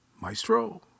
Maestro